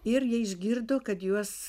irgi išgirdo kad juos